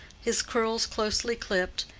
his curls closely clipped,